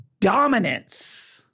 dominance